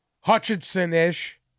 Hutchinson-ish